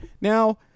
Now